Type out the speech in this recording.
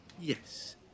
yes